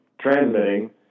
transmitting